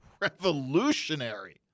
revolutionary